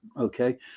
Okay